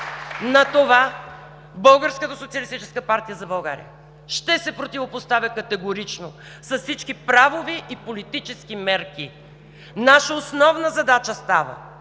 партия за България“ ще се противопоставя категорично с всички правови и политически мерки! Наша основна задача става